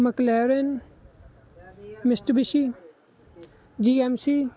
McLaren Mitsubishi G M C